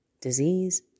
Disease